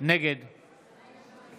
נגד